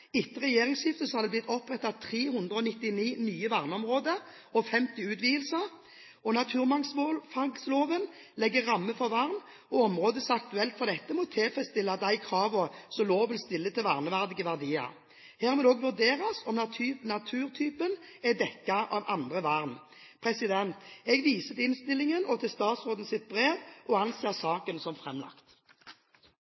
Etter regjeringsskiftet har det blitt opprettet 399 nye verneområder og 50 utvidelser. Naturmangfoldloven legger rammene for vern, og områder som er aktuelle for dette, må tilfredsstille de kravene som loven stiller til verneverdige verdier. Her må det også vurderes om naturtypene er dekket av andre vern. Jeg viser til innstillingen og til statsrådens brev, og